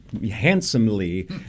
handsomely